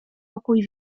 pokój